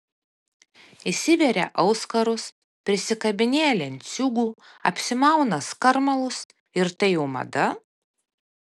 įsiveria auskarus prisikabinėja lenciūgų apsimauna skarmalus ir tai jau mada